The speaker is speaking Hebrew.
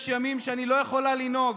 יש ימים שבהם אני לא יכולה לנהוג,